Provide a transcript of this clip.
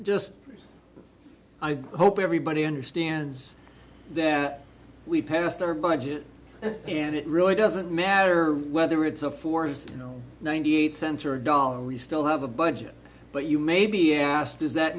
just i hope everybody understands that we passed our budget and it really doesn't matter whether it's a forest you know ninety eight cents or a dollar we still have a budget but you may be asked does that